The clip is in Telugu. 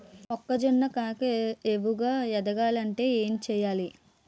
మొక్కజొన్న కంకి ఏపుగ ఎదగాలి అంటే ఏంటి చేయాలి?